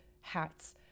hats